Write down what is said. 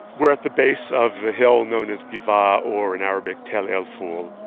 we're at the base of a hill known as gibeah or in arabic tell el-ful.